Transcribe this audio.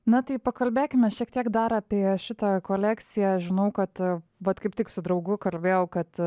na tai pakalbėkime šiek tiek dar apie šitą kolekciją žinau kad vat kaip tik su draugu kalbėjau kad